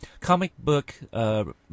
comicbook